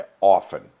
often